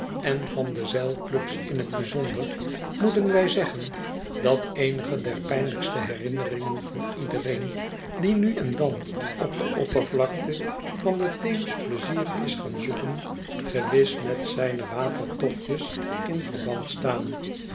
en van de zeilclubs in het bijzonder moeten wij zeggen dat eenige der pijnlijkste herinneringen van iedereen die nu en dan op de oppervlakte van den teems pleizier is gaan zoeken gewis met zijne watertochtjes in verband staan